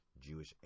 Jewish